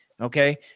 Okay